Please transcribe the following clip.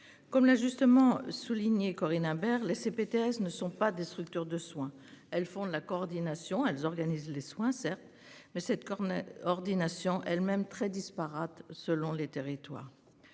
Comme l'a justement souligné Corinne Imbert. PTS ne sont pas des structures de soins. Elles font de la coordination elles organisent les soins certes mais cette corne. Ordination elle-même très disparates selon les territoires.